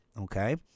Okay